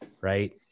Right